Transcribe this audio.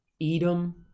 Edom